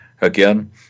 Again